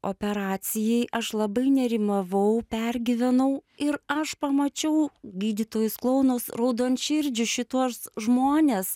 operacijai aš labai nerimavau pergyvenau ir aš pamačiau gydytojus klounus raudonširdžius šituos žmones